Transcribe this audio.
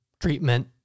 treatment